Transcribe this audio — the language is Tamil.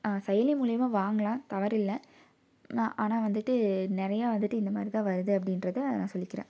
செயலி மூலிமா வாங்கலாம் தவறில்லை நான் ஆனால் வந்துட்டு நிறையா வந்துட்டு இந்த மாதிரி தான் வருது அப்படின்றத நான் சொல்லிக்கிறேன்